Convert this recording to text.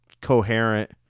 coherent